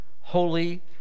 holy